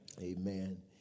Amen